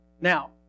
Now